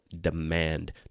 Demand